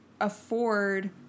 afford